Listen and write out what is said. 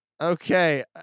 Okay